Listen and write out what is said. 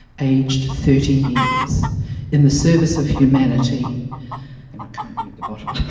aged thirty years in the service of humanity and i can't read the bottom